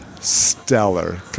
Stellar